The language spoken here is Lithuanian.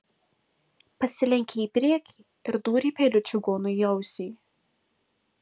pasilenkė į priekį ir dūrė peiliu čigonui į ausį